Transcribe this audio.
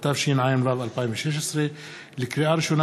התשע"ו 2016. לקריאה ראשונה,